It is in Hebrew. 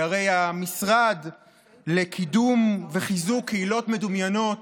שהרי המשרד לקידום וחיזוק קהילות מדומיינות,